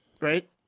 right